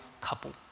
couple